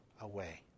away